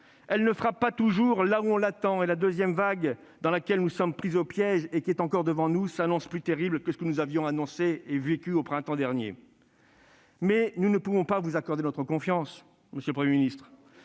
elle ne frappe pas toujours là où on l'attend, et la deuxième vague dans laquelle nous sommes pris au piège, qui est encore devant nous, s'annonce plus terrible que ce que nous avions annoncé et que ce que nous avions vécu au printemps dernier. Mais nous ne pouvons pas vous accorder notre confiance, monsieur le Premier ministre.